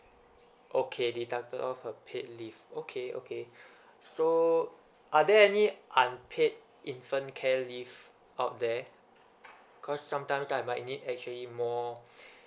okay deducted of her paid leave okay okay so are there any unpaid infant care leave out there cause sometimes I might need actually more